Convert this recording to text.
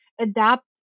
adapt